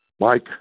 Mike